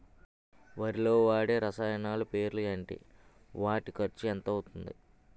వరిలో వాడే రసాయనాలు పేర్లు ఏంటి? వాటి ఖర్చు ఎంత అవతుంది?